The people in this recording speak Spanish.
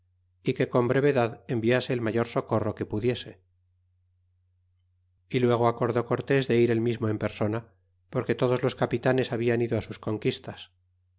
y que con brevedad enviase el mayor socorro que pudiese y luego acordó cortes de ir él mismo en persona porque todos los capitanes hablan ido á sus conquistas